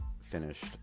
finished